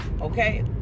Okay